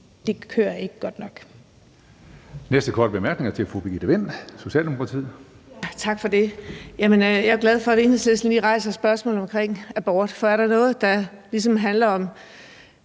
det kører ikke godt nok.